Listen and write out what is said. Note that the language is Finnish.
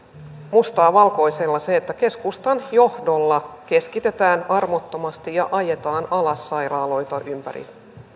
mustaa valkoisella siitä että keskustan johdolla keskitetään armottomasti ja ajetaan alas sairaaloita ympäri